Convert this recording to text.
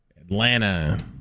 Atlanta